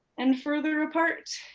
and further apart.